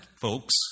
folks